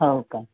हो का